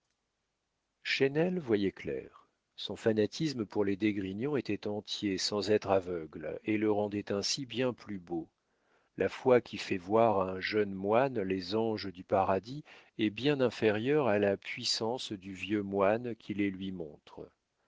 chesnel voyait clair son fanatisme pour les d'esgrignon était entier sans être aveugle et le rendait ainsi bien plus beau la foi qui fait voir à un jeune moine les anges du paradis est bien inférieure à la puissance du vieux moine qui les lui montre